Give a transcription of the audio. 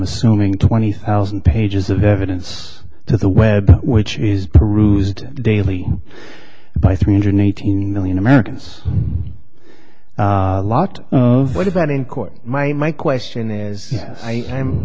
assuming twenty thousand pages of evidence to the web which is perused daily by three hundred eighteen million americans a lot of what about in court my my question is